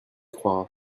croira